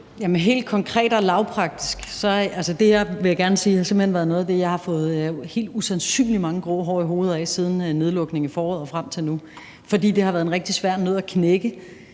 er noget af det, jeg simpelt hen har fået helt usandsynlig mange grå hår i hovedet af siden nedlukningen i foråret og frem til nu, for det har været en rigtig svær nød at knække.